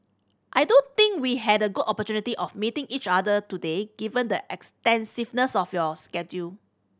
I do think we had a good opportunity of meeting each other today given the extensiveness of your schedule